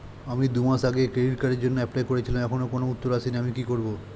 আমি দুমাস আগে ক্রেডিট কার্ডের জন্যে এপ্লাই করেছিলাম এখনো কোনো উত্তর আসেনি আমি কি করব?